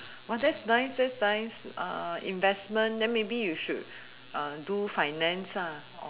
that's nice that's nice investment then maybe you should do finance